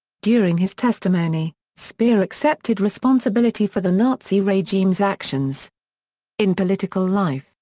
during his testimony, speer accepted responsibility for the nazi regime's actions in political life,